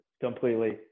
completely